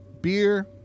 Beer